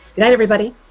goodnight everybody.